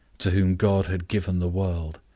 to whom god had given the world.